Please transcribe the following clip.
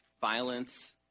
violence